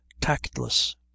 tactless